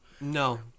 No